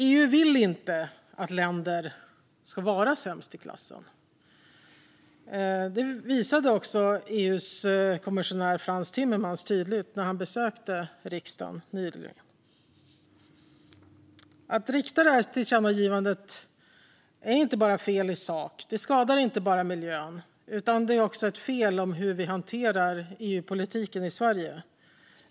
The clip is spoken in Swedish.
EU vill inte att länder ska vara sämst i klassen; det visade EU:s kommissionär Frans Timmermans tydligt när han besökte riksdagen nyligen. Att rikta detta tillkännagivande är inte bara fel i sak. Det skadar inte bara miljön, utan det är också ett fel i hur vi hanterar EU-politiken i Sverige.